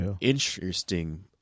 interesting